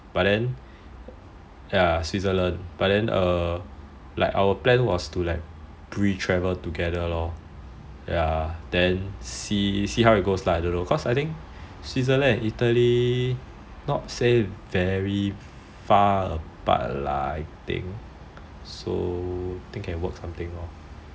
ya switzerland but then err our plan was to like pre travel together lor ya then see how it goes lah I don't know cause I think switzerland and italy not say very far apart lah I think so think can work something lor